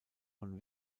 von